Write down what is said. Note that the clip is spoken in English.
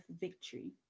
victory